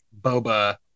boba